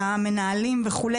את המנהלים וכו',